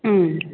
ம்